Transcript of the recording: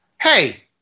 hey